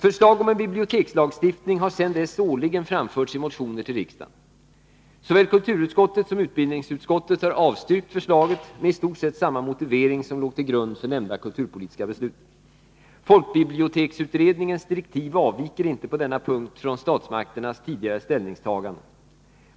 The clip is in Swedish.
Förslag om en bibliotekslagstiftning har sedan dess årligen framförts i motioner till riksdagen. Såväl kulturutskottet som utbildningsutskottet har avstyrkt förslaget med i stort sett samma motivering som låg till grund för nämnda kulturpolitiska beslut. Folkbiblioteksutredningens direktiv avviker inte på denna punkt från statsmakternas tidigare ställningstaganden.